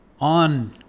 on